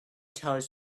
tells